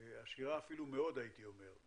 אפילו עשירה מאוד.